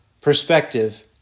perspective